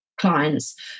clients